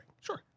Sure